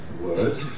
word